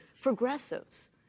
progressives